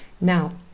Now